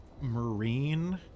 marine